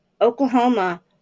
Oklahoma